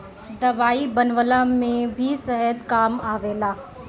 दवाई बनवला में भी शहद काम आवेला